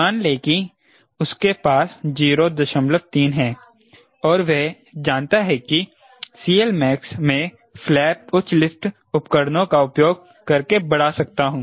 मान लें कि उसके पास 03 है और वह जानता है कि CLmax मैं फ्लैप उच्च लिफ्ट उपकरणों का उपयोग करके बढ़ा सकता हूं